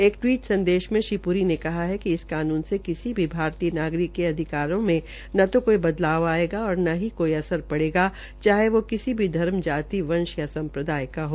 एक टिवीट संदेश में श्री प्री ने कहा कि इस कानून से किसी भी भारतीय नागरिक के अधिकारों में न तो कोई बदलाव आयेगा और न ही कोई असर पड़ेगा चाहे वे किसी भी धर्म जाति व वंश या संप्रदाय के हो